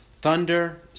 Thunder